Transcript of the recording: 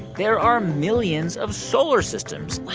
there are millions of solar systems. wow.